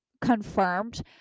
confirmed